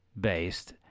based